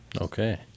okay